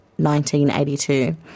1982